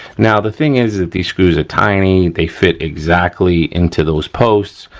now the thing is that these screws are tiny, they fit exactly into those posts,